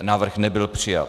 Návrh nebyl přijat.